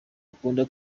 akunda